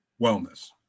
wellness